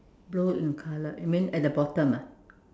blue in colour you mean at the bottom ah